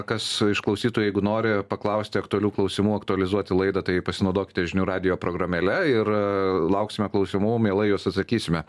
kas iš klausytojų jeigu nori paklausti aktualių klausimų aktualizuoti laidą tai pasinaudokite žinių radijo programėle ir lauksime klausimų mielai juos atsakysime